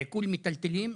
עיקול מיטלטלין,